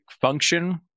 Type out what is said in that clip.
function